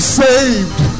saved